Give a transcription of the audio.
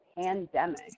pandemic